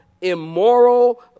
immoral